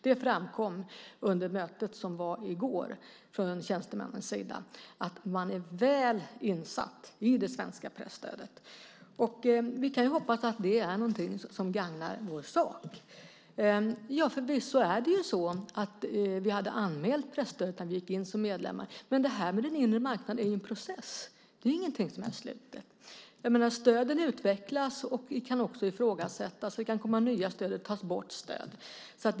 Det framkom från tjänstemännens sida under mötet som var i går. Man är väl insatt i det svenska presstödet. Vi kan hoppas att det är något som gagnar vår sak. Förvisso är det så att vi hade anmält presstödet när vi gick in som medlem, men den inre marknaden är en process och inget slutet. Stöden utvecklas och kan ifrågasättas, det kan komma nya stöd, och stöd kan tas bort.